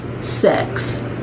sex